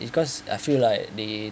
because I feel like the